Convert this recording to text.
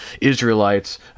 Israelites